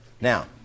Now